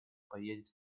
поедет